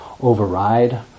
override